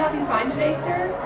you find today, sir?